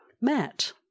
met